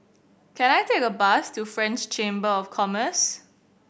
can I take a bus to French Chamber of Commerce